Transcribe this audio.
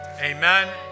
Amen